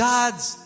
God's